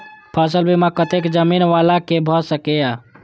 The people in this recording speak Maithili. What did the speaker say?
फसल बीमा कतेक जमीन वाला के भ सकेया?